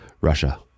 Russia